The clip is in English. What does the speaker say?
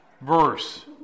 verse